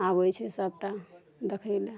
आबै छै सबटा देखै लए